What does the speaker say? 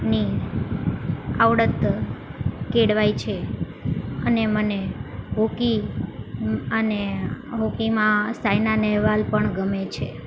ની આવડત કેળવાય છે અને મને હોકી અને હોકીમાં સાઇના નેહવાલ પણ ગમે છે